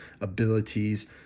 abilities